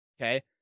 Okay